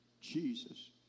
Jesus